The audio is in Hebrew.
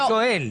לא.